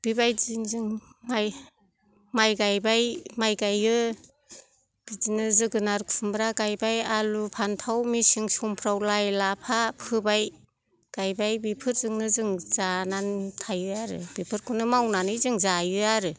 बेबायदिनो जों माइ माइ गायबाय माइ गायो बिदिनो जोगोनाथ खुमब्रा गायबाय आलु फानथाव मेसें समफ्राव लाइ लाफा फोबाय गायबाय बेफोरजोंनो जों जानानै थायो आरो बेफोरखौनो मावनानै जों जायो आरो